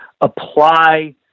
apply